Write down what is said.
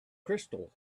crystal